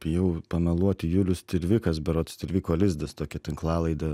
bijau ir pameluoti julius tilvikas berods tilviko lizdas tokia tinklalaidė